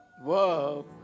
Whoa